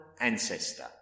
ancestor